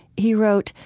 he wrote,